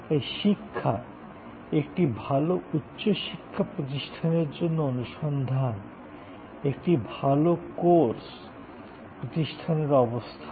তাই শিক্ষা একটি ভাল উচ্চ শিক্ষা প্রতিষ্ঠানের জন্য অনুসন্ধান একটি ভাল কোর্স প্রতিষ্ঠানের অবস্থান